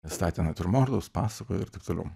statė natiurmortus pasakojo ir taip toliau